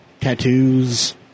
tattoos